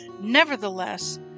Nevertheless